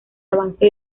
avance